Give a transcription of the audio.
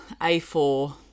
a4